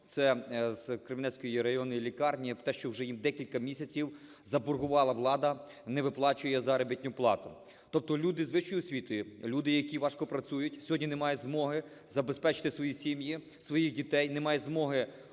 це з Кременецької районної лікарні, про те, що вже їм декілька місяців заборгувала влада, не виплачує заробітну плату. Тобто люди з вищою освітою, люди, які важко працюють, сьогодні не мають змоги забезпечити свої сім'ї, своїх дітей, не мають змоги